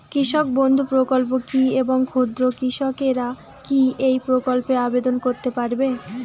কৃষক বন্ধু প্রকল্প কী এবং ক্ষুদ্র কৃষকেরা কী এই প্রকল্পে আবেদন করতে পারবে?